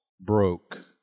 broke